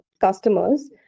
customers